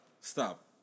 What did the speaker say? stop